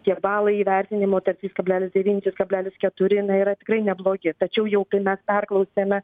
tiek balai įvertinimo tarp trys kablelis devyni trys kablelis keturi na yra tikrai neblogi tačiau jau kai mes perklausėme